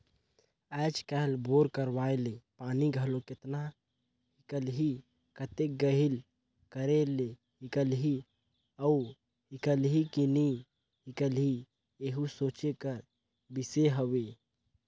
आएज काएल बोर करवाए ले पानी घलो केतना हिकलही, कतेक गहिल करे ले हिकलही अउ हिकलही कि नी हिकलही एहू सोचे कर बिसे हवे